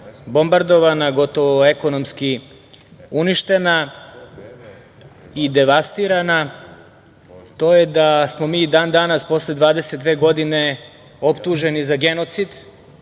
bombardovana gotovo ekonomski uništena i devastirana, to je da smo mi i dan-danas posle 22 godine optuženi za genocid,